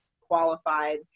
qualified